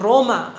Roma